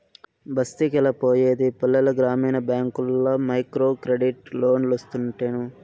బస్తికెలా పోయేది పల్లెల గ్రామీణ బ్యాంకుల్ల మైక్రోక్రెడిట్ లోన్లోస్తుంటేను